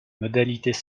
modalités